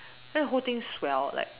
then the whole thing swelled like